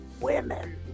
women